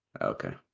Okay